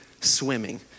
swimming